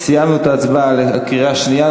סיימנו את ההצבעה בקריאה שנייה.